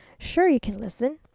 sure you can listen!